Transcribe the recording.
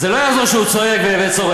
זה לא יעזור שהוא צועק וצורח.